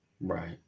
Right